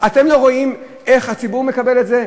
אתם לא רואים איך הציבור מקבל את זה?